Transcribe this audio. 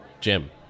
Jim